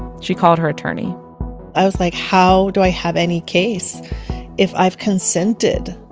she called her attorney i was like, how do i have any case if i've consented?